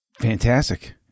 fantastic